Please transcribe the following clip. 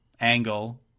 angle